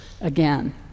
again